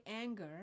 anger